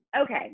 Okay